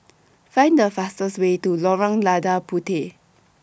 Find The fastest Way to Lorong Lada Puteh